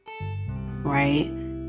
right